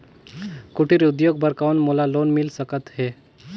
कुटीर उद्योग बर कौन मोला लोन मिल सकत हे?